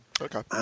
Okay